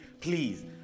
please